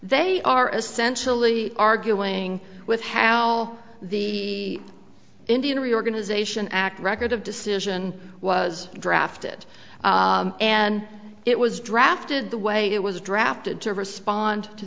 they are essentially arguing with how the indian reorganization act record of decision was drafted and it was drafted the way it was drafted to respond to